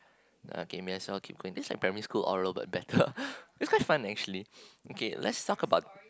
okay may I saw keep going this like primary school but better it's quite fun actually okay let's talk about